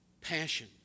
passion